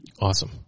Awesome